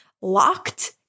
locked